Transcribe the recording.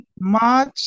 March